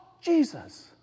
Jesus